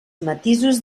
matisos